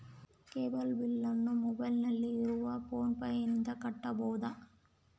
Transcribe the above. Cable ಬಿಲ್ಲನ್ನು ಮೊಬೈಲಿನಲ್ಲಿ ಇರುವ ಫೋನ್ ಪೇನಿಂದ ಕಟ್ಟಬಹುದಾ?